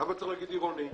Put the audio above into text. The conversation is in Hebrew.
למה צריך להגיד עירוני?